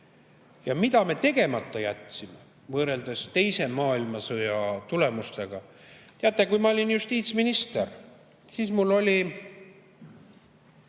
Mida me tegemata jätsime võrreldes teise maailmasõja tulemustega? Teate, kui ma olin justiitsminister, siis mul oli